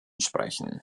sprechen